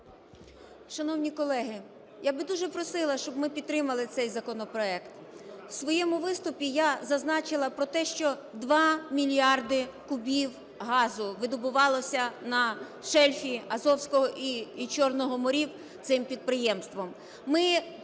Шановні колеги! Я би дуже просила, щоб ми підтримали цей законопроект. У своєму виступі я зазначила про те, що 2 мільярди кубів газу видобувалося на шельфі Азовського і Чорного морів цим підприємством.